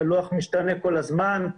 הלוח משתנה כל הזמן.